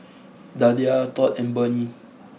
Dalia Todd and Burney